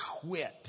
quit